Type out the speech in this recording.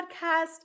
Podcast